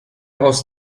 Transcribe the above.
aus